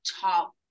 top